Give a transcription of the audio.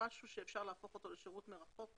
משהו שאפשר להפוך לשירות מרחוק,